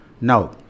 Now